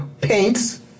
paints